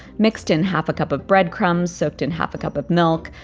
mixed in half a cup of breadcrumbs, soaked in half a cup of milk,